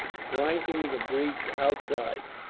flanking the breach outside.